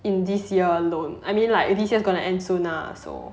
in this year alone I mean like this year gonna end soon lah so